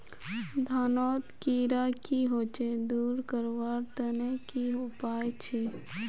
धानोत कीड़ा की होचे दूर करवार तने की उपाय छे?